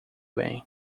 bem